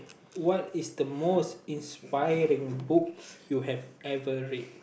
what is the most inspiring book you have ever read